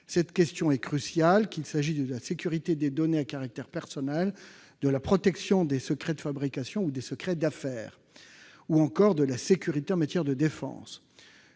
Cette question est cruciale, qu'il s'agisse de la sécurité des données à caractère personnel, de la protection des secrets de fabrication ou des secrets d'affaires, ou encore de la sécurité en matière de défense.